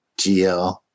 GL